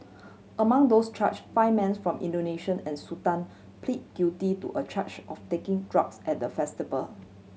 among those charged five mans from Indonesia and Sudan pleaded guilty to a charge of taking drugs at the